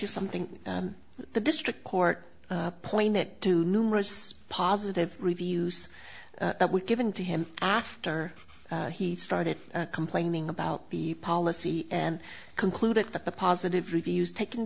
you something and the district court plane that too numerous positive reviews that were given to him after he started complaining about the policy and concluded that the positive reviews tak